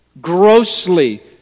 grossly